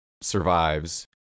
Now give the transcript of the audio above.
survives